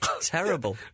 Terrible